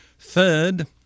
Third